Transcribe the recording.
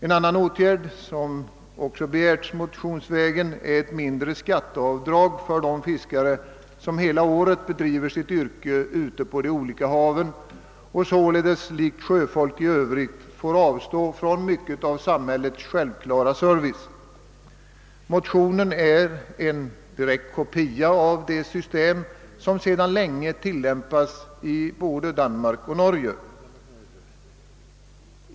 En annan åtgärd, som också begärts motionsvägen, är ett mindre skatteavdrag för de fiskare som hela året bedriver sitt yrke ute på de olika haven och sålunda liksom sjöfolket i övrigt får avstå från mycket av samhällets självklara service. Det system som föreslås i motionen är en direkt kopia av det system som sedan länge tillämpas i både Danmark och Norge.